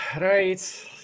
right